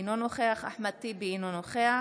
אינו נוכח אחמד טיבי, אינו נוכח